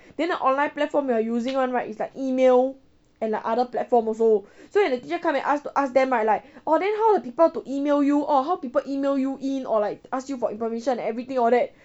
then ah online platform we're using [one] right is like email and like other platform also so when the teacher come and ask to ask them right like orh then how the people to email you or how people email you in or like ask you for information and everything all that